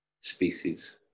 species